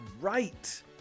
right